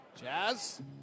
Jazz